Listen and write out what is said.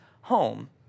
home